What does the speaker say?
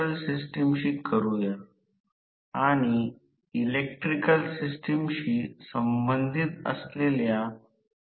तर त्या परिस्थितीत असे काय होईल की ज्यामुळे विद्युत् प्रवाह वाहतो तो प्रवाह आहे आणि अर्ध्या प्रवाह या अर्ध्या भागातून वाहून जाईल किंवा ज्याला या वाहकद्वारे संचालित केले जाईल